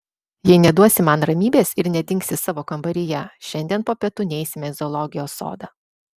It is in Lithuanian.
jei neduosi man ramybės ir nedingsi savo kambaryje šiandien po pietų neisime į zoologijos sodą